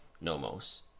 nomos